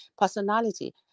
personality